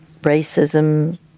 Racism